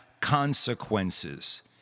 consequences